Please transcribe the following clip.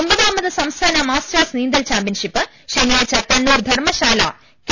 ഒമ്പതാമത് സംസ്ഥാന മാസ്റ്റേഴ്സ് നീന്തൽ ചാമ്പ്യൻഷിപ്പ് ശനിയാഴ്ച കണ്ണൂർ ധർമ്മശാല കെ